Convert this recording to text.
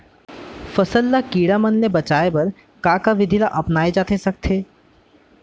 फसल ल कीड़ा मन ले बचाये बर का का विधि ल अपनाये जाथे सकथे?